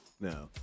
No